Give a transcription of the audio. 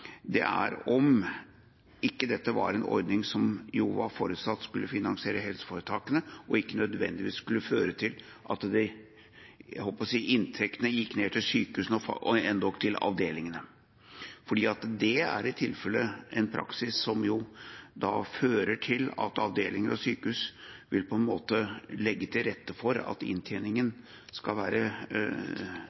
Det er om ikke dette var en ordning som var forutsatt å skulle finansiere helseforetakene, og ikke nødvendigvis skulle føre til at – holdt jeg på å si – inntektene gikk ned til sykehusene og endog til avdelingene. Det er i tilfelle en praksis som da fører til at avdelinger og sykehus på en måte vil legge til rette for at de skal